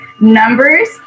numbers